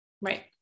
right